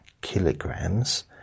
kilograms